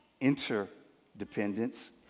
interdependence